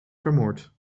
vermoord